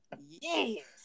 Yes